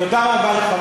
תודה רבה לך,